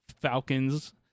Falcons